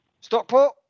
Stockport